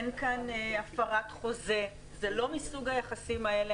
אין כאן הפרת חוזה זה לא מסוג היחסים האלה.